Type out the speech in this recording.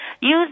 Use